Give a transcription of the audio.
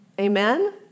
Amen